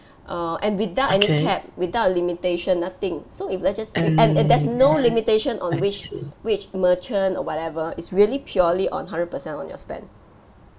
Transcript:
err and without any cap without limitation nothing so if let just say and and there's no limitation on which which merchant or whatever it's really purely on hundred percent on your spend